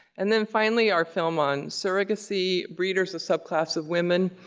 and then finally our, film on surrogacy, breeders a subclass of women?